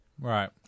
Right